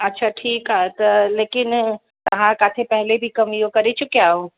अच्छा ठीकु आहे त लेकिन तव्हां किथे पहिरीं बि कमु इहो करे चुकिया आहियो